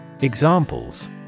Examples